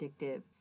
addictive